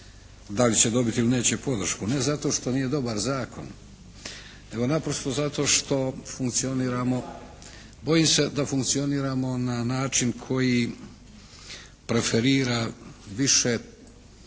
da li će dobiti ili neće dobiti podršku, ne zato što nije dobar zakon, nego naprosto zato što funkcioniramo, bojim se da funkcioniramo na način koji preferira više traženje